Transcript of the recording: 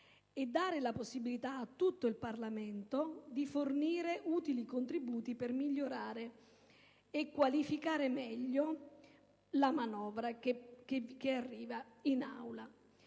concedere la possibilità, a tutto il Parlamento, di fornire utili contributi per migliorare e qualificare meglio la manovra che arriva in Aula.